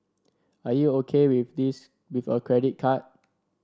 are you O K with this with a credit card